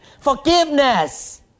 forgiveness